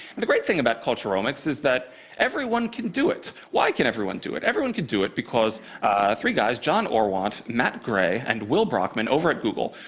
the great thing about culturomics is that everyone can do it. why can everyone do it? everyone can do it because three guys, jon orwant, matt gray and will brockman over at google,